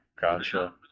Gotcha